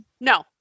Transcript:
No